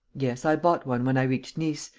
yes, i bought one when i reached nice,